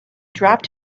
dropped